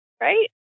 Right